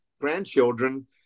grandchildren